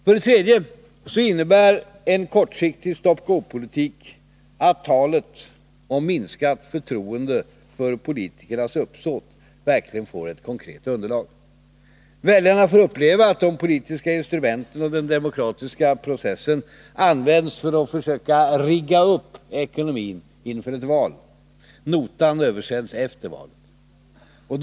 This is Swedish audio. För det tredje innebär en kortsiktig stop-go-politik att talet om minskat förtroende för politikernas uppsåt verkligen får ett konkret underlag: väljarna får uppleva att de politiska instrumenten och den demokratiska processen används för att försöka ”rigga upp” ekonomin inför ett val. Notan översänds efter valet.